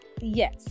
yes